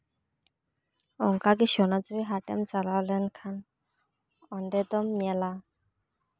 ᱚᱱᱠᱟ ᱜᱮ ᱥᱚᱱᱟᱡᱷᱩᱨᱤ ᱦᱟᱴᱮᱢ ᱪᱟᱞᱟᱣ ᱞᱷᱱᱠᱷᱟᱱ ᱚᱸᱰᱮ ᱫᱚᱢ ᱧᱮᱞᱟ